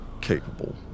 capable